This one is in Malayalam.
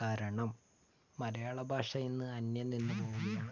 കാരണം മലയാള ഭാഷ ഇന്ന് അന്ന്യം നിന്ന് പോകുകയാണ്